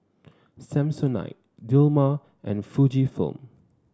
Samsonite Dilmah and Fujifilm